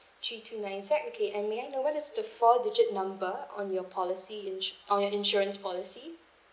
three two nine Z okay and may I know what is the four digit number on your policy ins~ on your insurance policy